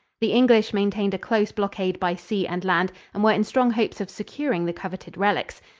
the english maintained a close blockade by sea and land and were in strong hopes of securing the coveted relics.